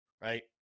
right